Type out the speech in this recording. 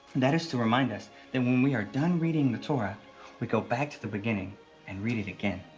that is to remind us that when we are done reading the torah we go back to the beginning and read it again.